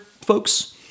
folks